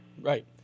Right